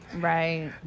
Right